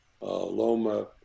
Loma